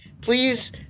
please